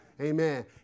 Amen